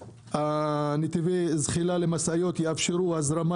נתיבי הזחילה למשאיות יאפשרו הזרמה